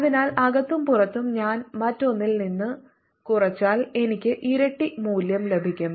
അതിനാൽ അകത്തും പുറത്തും ഞാൻ മറ്റൊന്നിൽ നിന്ന് കുറച്ചാൽ എനിക്ക് ഇരട്ടി മൂല്യം ലഭിക്കും